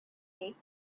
taped